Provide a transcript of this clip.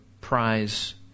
prize